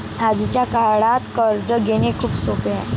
आजच्या काळात कर्ज घेणे खूप सोपे आहे